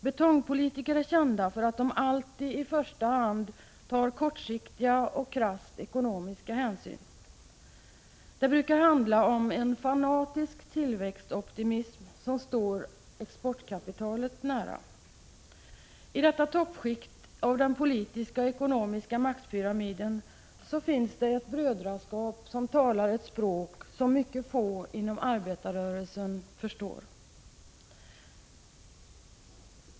Betongpolitiker är kända för att de alltid i första hand tar kortsiktiga och krasst ekonomiska hänsyn. Det brukar handla om en fanatisk tillväxtoptimism som står exportkapitalet nära. I detta toppskikt av den politiska och ekonomiska maktpyramiden finns ett brödraskap som talar ett språk som mycket få inom arbetarrörelsen förstår.